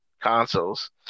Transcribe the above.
consoles